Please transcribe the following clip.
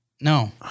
No